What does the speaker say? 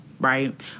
right